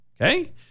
Okay